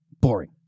Boring